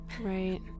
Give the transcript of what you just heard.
Right